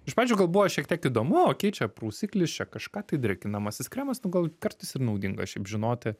iš pradžių gal buvo šiek tiek įdomu okey čia prausiklis čia kažką tai drėkinamasis kremas nu gal kartais ir naudinga šiaip žinoti